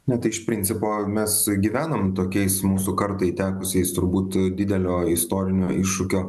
na tai iš principo mes gyvenam tokiais mūsų kartai tekusiais turbūt didelio istorinio iššūkio